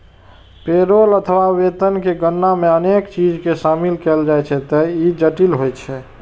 payroll अथवा वेतन के गणना मे अनेक चीज कें शामिल कैल जाइ छैं, ते ई जटिल होइ छै